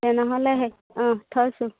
তেনেহ'লে হেৰি অঁ থৈছোঁ